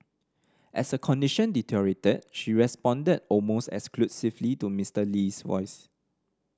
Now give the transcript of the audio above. as her condition deteriorated she responded almost exclusively to Mister Lee's voice